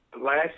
last